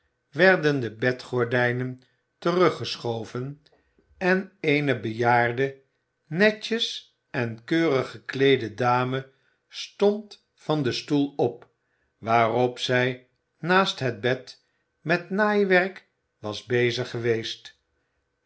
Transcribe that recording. werden de bedgordijnen teruggeschoven en eene bejaarde netjes en keurig gekleede dame stond van den stoel op waarop zij naast het bed met naaiwerk was bezig geweest